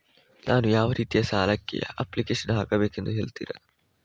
ನಾನು ಯಾವ ರೀತಿ ಸಾಲಕ್ಕೆ ಅಪ್ಲಿಕೇಶನ್ ಹಾಕಬೇಕೆಂದು ಹೇಳ್ತಿರಾ?